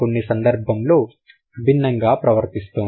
మరికొన్ని సందర్భాలలో భిన్నంగా ప్రవర్తిస్తోంది